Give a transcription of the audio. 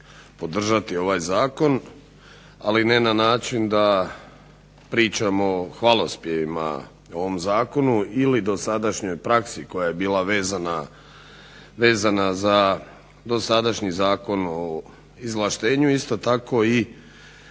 podržati ovaj zakon, ali ne na način da pričamo u hvalospjevima o ovom zakonu ili dosadašnjoj praksi koja je bila vezana za dosadašnji Zakon o izvlaštenju. Isto tako i